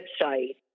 website